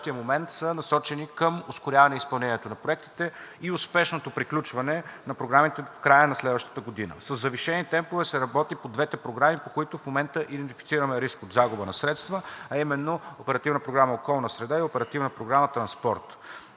Усилията в настоящия момент са насочени към ускоряване изпълнението на проектите и успешното приключване на програмите в края на следващата година. Със завишени темпове се работи по двете програми, по които в момента идентифицираме риск от загуба на средства, а именно Оперативна